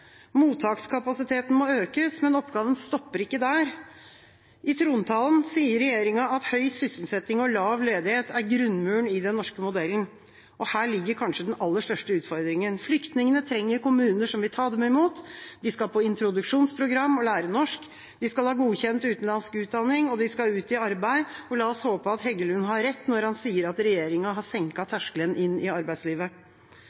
Mottakskapasiteten må økes, men oppgaven stopper ikke der. I trontalen sier regjeringa at høy sysselsetting og lav ledighet er grunnmuren i den norske modellen. Her ligger kanskje den aller største utfordringa. Flyktningene trenger kommuner som vil ta dem imot. De skal på introduksjonsprogram og lære norsk, de skal ha godkjent utenlandsk utdanning, og de skal ut i arbeid. Og la oss håpe at Heggelund har rett når han sier at regjeringa har senket terskelen inn i arbeidslivet.